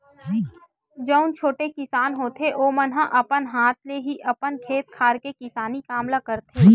जउन छोटे किसान होथे ओमन ह अपन हाथ ले ही अपन खेत खार के किसानी काम ल करथे